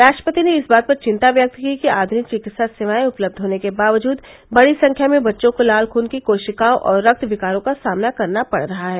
राष्ट्रपति ने इस बात पर चिन्ता व्यक्त की कि आधुनिक चिकित्सा सेवायें उपलब्ध होने के बावजूद बड़ी संख्या में बच्चों को लाल खुन की कोशिकाओं और रक्त विकारों का सामना करना पड़ रहा है